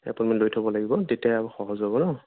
appointment লৈ থ'ব লাগিব তেতিয়াহে সহজ হ'ব ন